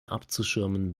abzuschirmen